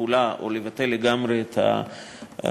התחולה או לבטל לגמרי את ההגבלה